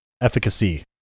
efficacy